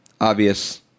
obvious